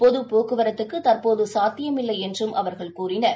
பொதுபோக்குவரத்துக்குதற்போதுசாத்தியமில்லைஎன்றும் அவர்கள் கூறினர்